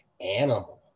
animal